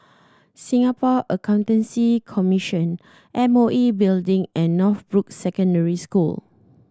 Singapore Accountancy Commission M O E Building and Northbrooks Secondary School